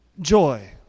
joy